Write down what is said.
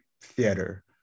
theater